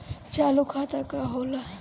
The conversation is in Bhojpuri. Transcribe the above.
चालू खाता का होला?